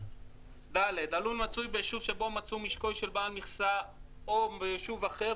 בקריאה: הלול מצוי ביישוב שבו נמצא משקו של בעל המכסה או ביישוב אחר,